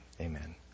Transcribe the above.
Amen